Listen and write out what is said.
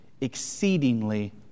exceedingly